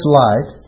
light